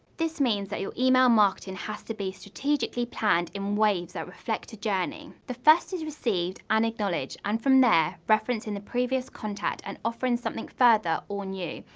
this means that your email marketing has to be strategically planned in waves that reflect a journey. the first is received and acknowledged, and from there, referencing the previous contact and offering something further or new,